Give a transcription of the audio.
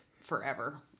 forever